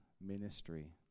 ministry